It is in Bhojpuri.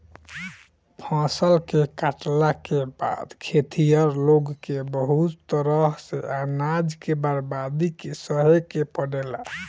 फसल के काटला के बाद खेतिहर लोग के बहुत तरह से अनाज के बर्बादी के सहे के पड़ेला